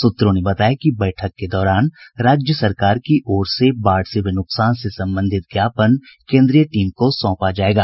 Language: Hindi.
सूत्रों ने बताया कि बैठक के दौरान राज्य सरकार की ओर से बाढ़ से हुए नुकसान से संबंधित ज्ञापन केन्द्रीय टीम को सौंपा जायेगा